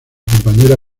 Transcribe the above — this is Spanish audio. compañera